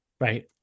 Right